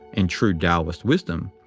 in true taoist wisdom,